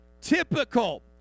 typical